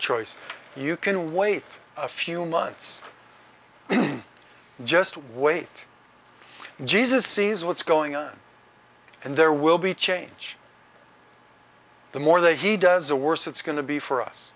choice you can wait a few months just wait jesus sees what's going on and there will be change the more that he does the worse it's going to be for us